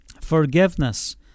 Forgiveness